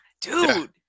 Dude